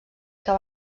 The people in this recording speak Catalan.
que